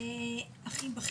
יש